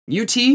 ut